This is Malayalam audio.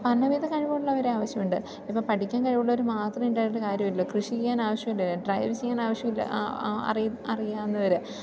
അനവധി കഴിവുള്ളവരെ ആവശ്യമുണ്ട് ഇപ്പം പഠിക്കാൻ കഴിവുള്ളവർ മാത്രമേ ഉണ്ടായിട്ട് കാര്യമില്ല കൃഷി ചെയ്യാൻ ആവശ്യമില്ലെ ഡ്രൈവ് ചെയ്യാൻ ആവശ്യമില്ലെ ആ ആ അറി അറിയാവുന്നവർ